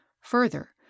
Further